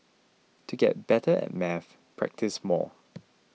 to get better at maths practise more